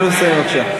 תנו לו לסיים בבקשה.